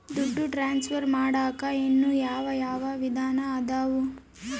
ದುಡ್ಡು ಟ್ರಾನ್ಸ್ಫರ್ ಮಾಡಾಕ ಇನ್ನೂ ಯಾವ ಯಾವ ವಿಧಾನ ಅದವು?